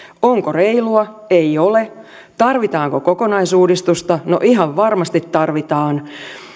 onko reilua ei ole tarvitaanko kokonaisuudistusta no ihan varmasti tarvitaan